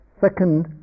Second